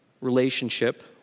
relationship